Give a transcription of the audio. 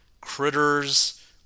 critters